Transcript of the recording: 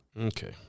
Okay